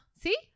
see